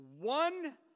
one